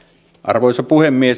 arvoisa puhemies